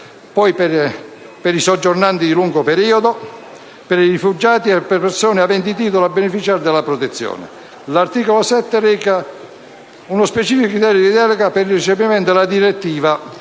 materia di soggiornanti di lungo periodo, di rifugiati e di persone aventi titolo a beneficiare della protezione sussidiaria. L'articolo 7 reca uno specifico criterio di delega per il recepimento della direttiva